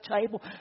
table